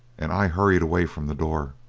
and i hurried away from the door.